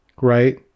Right